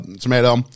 tomato